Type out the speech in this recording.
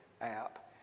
app